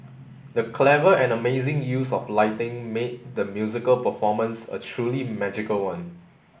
the clever and amazing use of lighting made the musical performance a truly magical one